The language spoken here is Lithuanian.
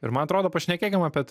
ir man atrodo pašnekėkim apie